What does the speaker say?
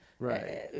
Right